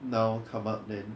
now come up then